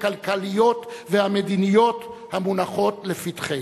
הכלכליות והמדיניות המונחות לפתחנו.